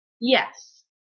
yes